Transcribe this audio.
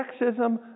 sexism